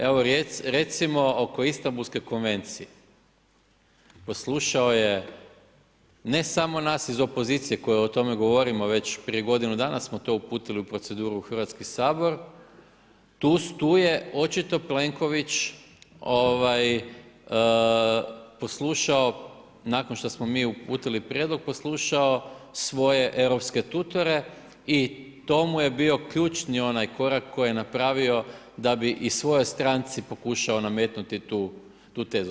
Evo recimo oko Istambulske konvencije, poslušao je ne samo nas iz opozicije koji o tome govorimo već prije godinu dana smo to uputili u proceduru u Hrvatski sabor, tu je očito Plenković poslušao nakon što smo mi uputili prijedlog poslušao svoje europske tutore i to mu je bio onaj ključni korak koji je napravio da bi i svojoj stranci pokušao nametnuti tu tezu.